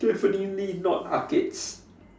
definitely not arcades